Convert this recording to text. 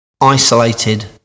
isolated